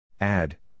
add